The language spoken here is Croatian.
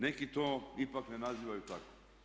Neki to ipak ne nazivaju tako.